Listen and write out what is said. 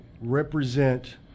represent